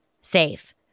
safe